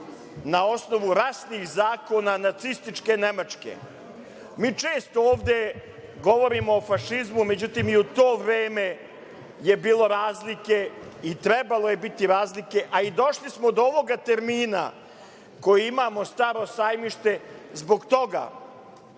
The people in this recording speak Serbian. Na osnovu rasnih zakona nacističke Nemačke. Mi često ovde govorimo o fašizmu, međutim, i u to vreme je bilo razlike i trebalo je biti razlike, a i došli smo do ovoga termina koji imamo - Staro sajmište, zbog toga